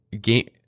game